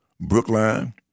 brookline